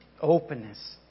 openness